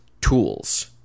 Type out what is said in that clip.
tools